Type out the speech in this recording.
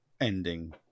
ending